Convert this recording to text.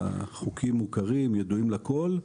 החוקים מוכרים, ידועים לכול.